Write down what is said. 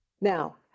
Now